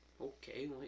okay